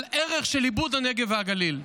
מעל ערך של שמירת הנגב והגליל.